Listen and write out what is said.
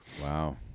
Wow